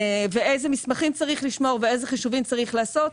איזה מסמכים צריך לשמור ואילו חישובים צריך לעשות.